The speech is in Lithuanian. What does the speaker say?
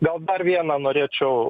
gal dar vieną norėčiau